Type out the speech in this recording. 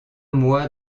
mois